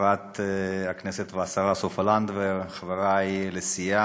חברת הכנסת והשרה סופה לנדבר, חברי לסיעה